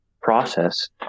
process